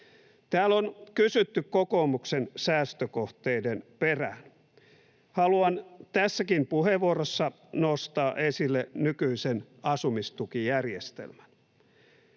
Täällä on kysytty kokoomuksen säästökohteiden perään. Haluan tässäkin puheenvuorossa nostaa esille nykyisen asumistukijärjestelmän.